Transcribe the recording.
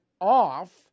off